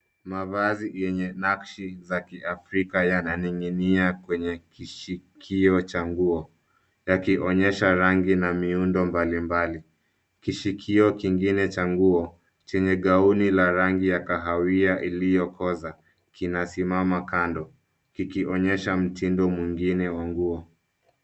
Mavazi yenye nakshi za kiafrika yananing'inia kwenye kishikio cha nguo, yakionyesha rangi na miundo mbalimbali. Kishikio kingine cha nguo, chenye gauni la rangi ya kahawia iliyokoza, kinasimama kando, kikionyesha mtindo mwingine wa nguo.